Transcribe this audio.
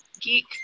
Geek